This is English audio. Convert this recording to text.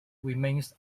remains